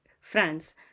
France